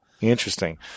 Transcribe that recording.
Interesting